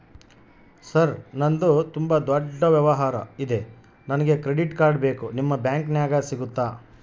Sir ನಂದು ತುಂಬಾ ದೊಡ್ಡ ವ್ಯವಹಾರ ಇದೆ ನನಗೆ ಕ್ರೆಡಿಟ್ ಕಾರ್ಡ್ ಬೇಕು ನಿಮ್ಮ ಬ್ಯಾಂಕಿನ್ಯಾಗ ಸಿಗುತ್ತಾ?